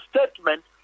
statement